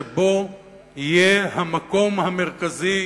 שבו יהיה המקום המרכזי